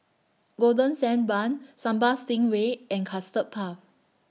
Golden Sand Bun Sambal Stingray and Custard Puff